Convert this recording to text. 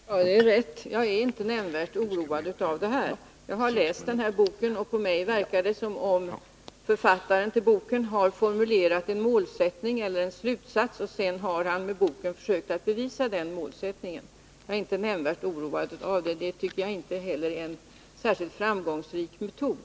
Herr talman! Ja, det är rätt. Jag är inte nämnvärt oroad av detta. Jag har läst den här boken, och på mig verkar det som om författaren har formulerat en slutsats och sedan med boken försökt bevisa den slutsatsen. Jag är alltså inte nämnvärt oroad av det, och jag tycker inte heller att det är en särskilt framgångsrik metod.